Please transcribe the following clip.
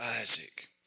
Isaac